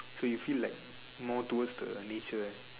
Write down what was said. so you feel like more towards the nature eh